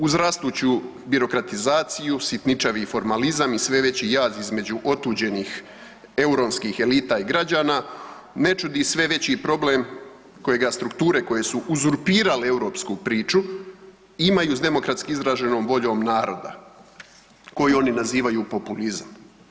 Uz rastuću birokratizaciju, sitničavi formalizam i sve veći jaz između otuđenih euronskih elita i građana ne čudi sve veći problem kojega strukture koje su uzurpirale europsku priču imaju s demokratski izraženom voljom naroda koju oni nazivaju populizam.